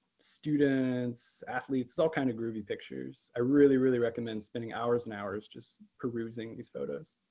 students, athletes, all kind of groovy pictures. i really, really recommend spending hours and hours just perusing these photos.